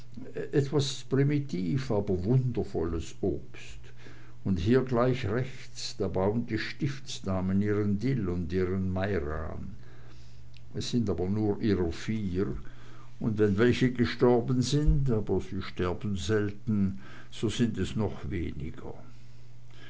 etwas primitiv aber wundervolles obst und hier gleich rechts da bauen die stiftsdamen ihren dill und ihren meiran es sind aber nur ihrer vier und wenn welche gestorben sind aber sie sterben selten so sind es noch weniger